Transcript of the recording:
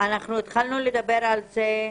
אנחנו התחלנו לדבר על זה.